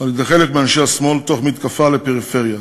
על-ידי חלק מאנשי השמאל, תוך מתקפה על הפריפריה,